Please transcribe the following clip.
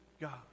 god